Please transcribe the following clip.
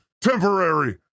temporary